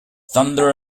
thunder